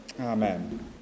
Amen